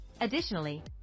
Additionally